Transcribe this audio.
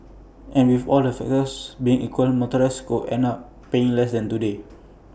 and with all the factors being equal motorists could end up paying less than today